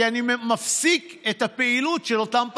כי אני מפסיק את הפעילות של אותם פקחים.